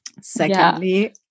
Secondly